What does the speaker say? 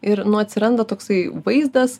ir nu atsiranda toksai vaizdas